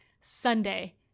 Sunday